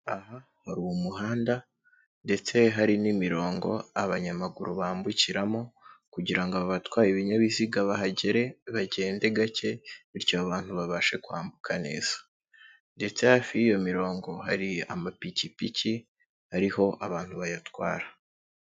Aha hari umuhanda ndetse hari n'imirongo abanyamaguru bambukiramo kugira ngo aba batwaye ibinyabiziga bahagere bagende gake bityo abantu babashe kwambuka neza ndetse hafi y'iyo mirongo hari amapikipiki ariho abantu bayatwara.